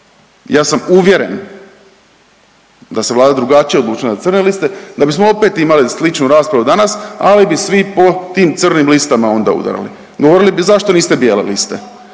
Ja sam uvjeren da se Vlada drugačije odlučila na crne liste da bismo opet imali sličnu raspravu danas, ali bi svi po tim crnim listama onda udarali, govorili bi zašto niste bijele liste,